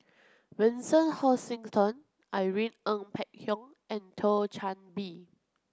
Vincent Hoisington Irene Ng Phek Hoong and Thio Chan Bee